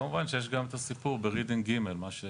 כמובן שיש גם את הסיפור ברידינג ג', מה שהוא